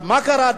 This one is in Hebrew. אז מה קרה?